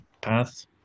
path